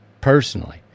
personally